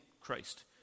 Christ